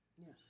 Yes